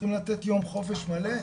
צריכים לתת יום חופש מלא.